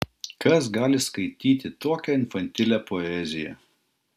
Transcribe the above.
kas gali skaityti tokią infantilią poeziją